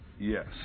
yes